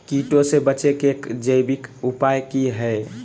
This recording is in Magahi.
कीटों से बचे के जैविक उपाय की हैय?